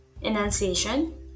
enunciation